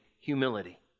humility